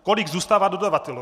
Kolik zůstává dodavateli?